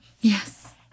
yes